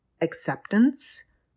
Acceptance